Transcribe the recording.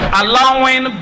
allowing